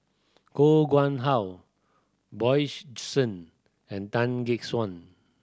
Koh Nguang How Bjorn Shen and Tan Gek Suan